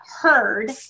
heard